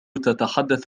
تتحدث